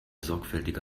sorgfältige